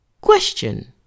Question